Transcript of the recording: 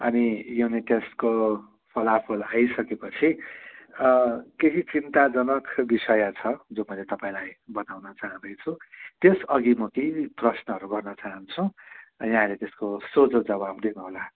अनि युनिट टेस्टको फलाफल आइसकेपछि केही चिन्ताजनक विषय छ जो मैले तपाईँलाई बताउन चाहँदैछु त्यसअघि म केही प्रश्नहरू गर्न चाहन्छु यहाँले त्यसको सोझो जवाब दिनुहोला